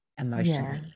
emotionally